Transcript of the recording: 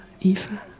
Eva